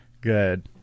good